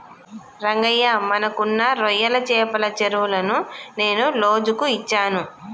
రంగయ్య మనకున్న రొయ్యల చెపల చెరువులను నేను లోజుకు ఇచ్చాను